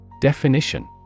Definition